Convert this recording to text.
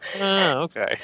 okay